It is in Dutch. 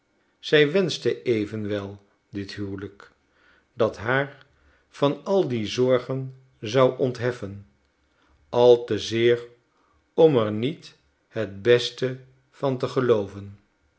zij wenschte evenwel dit huwelijk dat haar van al die zorgen zou ontheffen al te zeer om er niet het beste van te gelooven